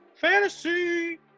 fantasy